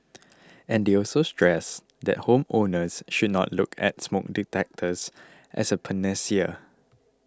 and they also stressed that home owners should not look at smoke detectors as a panacea